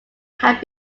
have